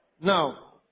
Now